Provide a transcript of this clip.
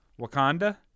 Wakanda